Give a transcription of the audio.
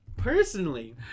Personally